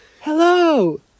hello